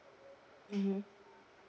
mmhmm